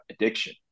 addiction